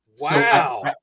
Wow